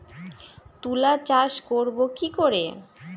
তুলা চাষ করব কি করে?